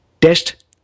test